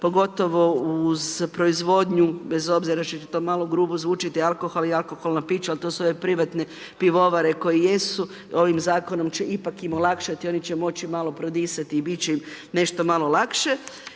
pogotovo uz proizvodnju, bez obzira što će to malo grubo zvučati, alkohol i alkoholna pića, ali to su ove privatne pivovare koje jesu, ovim zakonom će im ipak olakšati, i oni će moći malo prodisati i biti će vam nešto malo lakše.